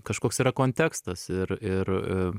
kažkoks yra kontekstas ir ir